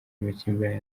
amakimbirane